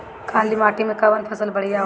काली माटी मै कवन फसल बढ़िया होला?